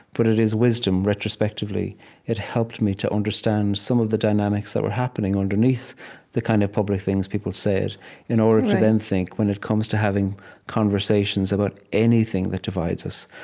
but it is wisdom, retrospectively it helped me to understand some of the dynamics that were happening underneath the kind of public things people said in order then think, when it comes to having conversations about anything that divides us,